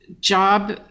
job